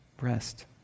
rest